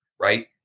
Right